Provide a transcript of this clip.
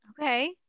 Okay